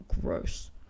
gross